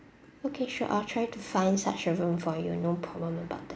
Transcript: okay sure I'll try to find such a room for you no problem about that